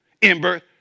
in-birth